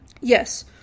Yes